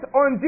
on